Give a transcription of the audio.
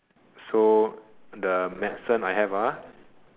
so the medicine I have ah